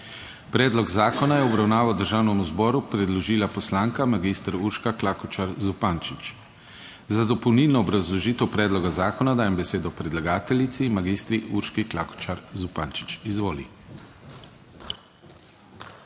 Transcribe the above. Predlog zakona je v obravnavo Državnemu zboru predložila poslanka magistra Urška Klakočar Zupančič. Za dopolnilno obrazložitev predloga zakona dajem besedo predlagateljici magistri Urški Klakočar Zupančič. Izvoli.